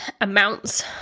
amounts